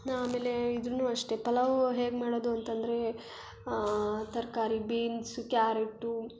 ನಾ ಆಮೇಲೆ ಇದೂ ಅಷ್ಟೇ ಪಲಾವು ಹೇಗೆ ಮಾಡೋದು ಅಂತಂದರೆ ತರಕಾರಿ ಬೀನ್ಸು ಕ್ಯಾರೆಟ್ಟು